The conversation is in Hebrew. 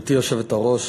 גברתי היושבת-ראש,